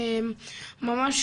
ממש,